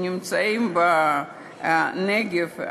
שנמצאות בנגב,